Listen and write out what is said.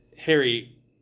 Harry